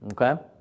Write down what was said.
okay